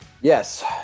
Yes